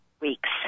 weeks